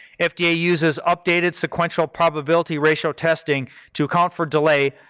ah fda uses updated sequential probability ratio testing to account for delay,